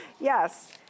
yes